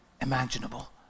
imaginable